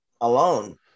Alone